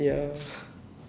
ya